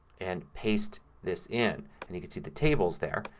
and paste this in. and you can see the table's there.